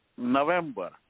November